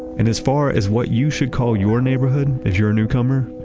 and, as far as what you should call your neighborhood if you're a newcomer,